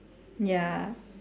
ya